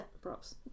props